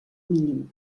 mínim